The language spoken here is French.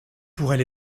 pourrait